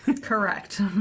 Correct